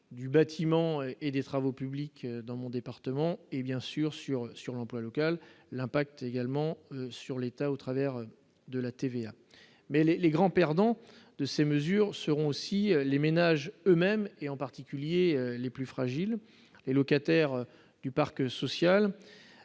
du bâtiment et des travaux publics, dans mon département et bien sûr sur sur l'emploi local, l'impact également sur l'état, au travers de la TVA, mais les les grands perdants de ces mesures seront aussi les ménages eux- mêmes et en particulier les plus fragiles, les locataires du parc social,